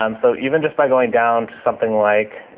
um so even just by going down to something like